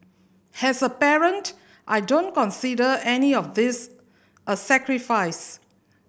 has a parent I don't consider any of this a sacrifice